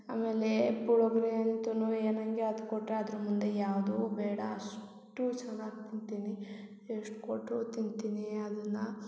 ಆಮೇಲೆ ಪುಳ್ಯೋಗ್ರೆ ಅಂತುನು ಏ ನನಗೆ ಅದು ಕೊಟ್ಟರೆ ಅದ್ರ ಮುಂದೆ ಯಾವುದೂ ಬೇಡ ಅಷ್ಟು ಚೆನ್ನಾಗಿ ತಿಂತೀನಿ ಎಷ್ಟು ಕೊಟ್ಟರೂ ತಿಂತೀನಿ ಅದನ್ನ